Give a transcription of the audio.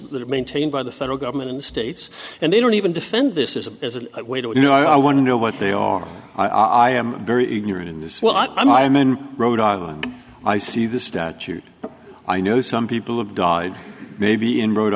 that are maintained by the federal government in the states and they don't even defend this is a way to you know i want to know what they are i am very ignorant in this well i'm i'm in rhode island i see the statute i know some people have died maybe in rhode